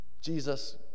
Jesus